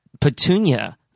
Petunia